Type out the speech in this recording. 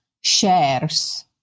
shares